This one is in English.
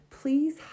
Please